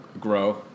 grow